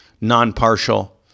non-partial